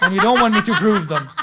um you don't want me to prove them.